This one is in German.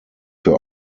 für